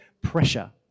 pressure